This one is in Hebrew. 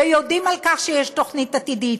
ויודעים שיש תוכנית עתידית,